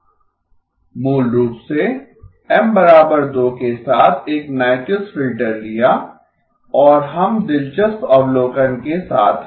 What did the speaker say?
मूल रूप से M2 के साथ नाइकुइस्ट फिल्टर लिया और हम दिलचस्प अवलोकन के साथ आए